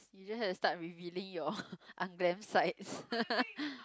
you just have to start revealing your unglam sides